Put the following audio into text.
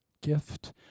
gift